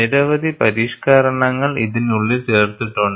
നിരവധി പരിഷ്ക്കരണങ്ങൾ ഇതിനുള്ളിൽ ചേർത്തിട്ടുണ്ട്